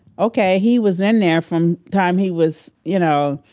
okay he was in there from time he was, you know,